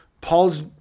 Paul's